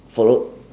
followed